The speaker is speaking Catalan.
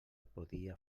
podia